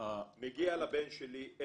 מגיע לבן שלי,